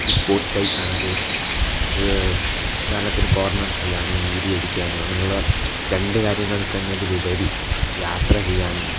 ഒരു സ്പോർട്സ് ബൈക്കാണത് റിവേ ഉദാഹരണത്തിന് കോർണർ ചെയ്യാനും വീതിയടിക്കാനും അങ്ങനെ ഉള്ള സ്റ്റണ്ട് കാര്യങ്ങൾക്കെന്നതിനുപരി യാത്ര ചെയ്യാനും